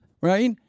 right